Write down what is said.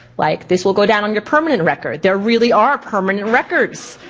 like this will go down on your permanent record, there really are permanent records.